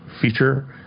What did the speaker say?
feature